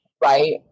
Right